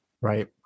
right